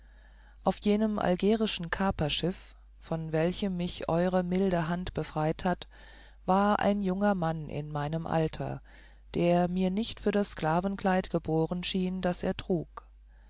auf jenem algierischen kaperschiff von welchem mich eure milde hand befreit hat war ein junger mann in meinem alter der mir nicht für das sklavenkleid geboren schien das er trug